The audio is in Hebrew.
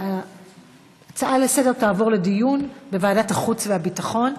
ההצעה לסדר-היום תעבור לדיון בוועדת החוץ והביטחון.